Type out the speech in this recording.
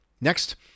Next